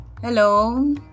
hello